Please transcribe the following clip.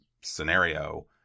scenario